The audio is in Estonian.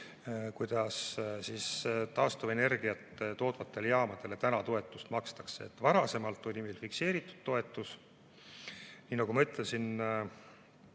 kuidas taastuvenergiat tootvatele jaamadele täna toetust makstakse. Varem oli meil fikseeritud toetus, nii nagu ma ütlesin,